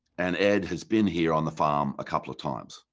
and ed has been here on the farm a couple of times.